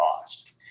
cost